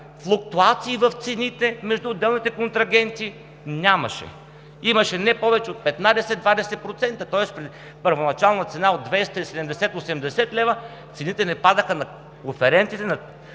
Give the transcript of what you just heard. Флуктоации в цените между отделните контрагенти нямаше. Имаше не повече от 15-20%, тоест при първоначална цена от 270-280 лв., цените не падаха при